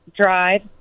Drive